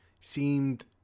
seemed